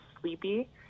sleepy